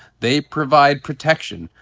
they provide protection,